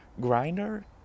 Grinder